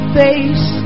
face